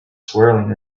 swirling